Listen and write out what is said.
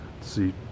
see